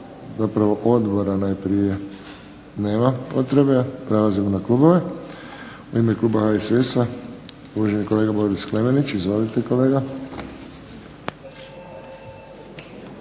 Zapravo odbora najprije. Nema potrebe. Prelazimo na klubove. U ime kluba HSS-a uvaženi kolega Boris Klemenić. Izvolite kolega.